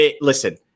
Listen